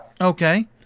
Okay